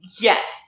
Yes